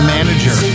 Manager